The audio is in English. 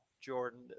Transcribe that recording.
Jordan